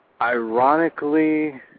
Ironically